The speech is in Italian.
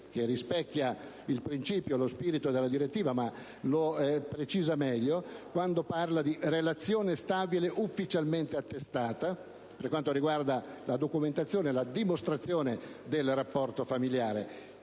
che rispecchia il principio e lo spirito della direttiva: lo precisa meglio quando parla di relazione stabile ufficialmente attestata, per quanto riguarda la documentazione e la dimostrazione del rapporto familiare